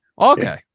Okay